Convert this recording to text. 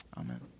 Amen